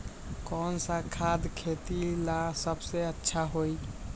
कौन सा खाद खेती ला सबसे अच्छा होई?